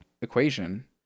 equation